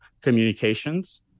communications